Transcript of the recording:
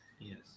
yes